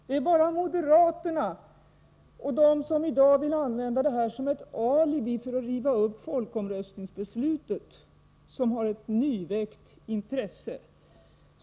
Bara moderaterna och de som i dag vill använda detta såsom ett alibi för att riva upp folkomröstningsbeslutet har ett nyväckt intresse för denna sak.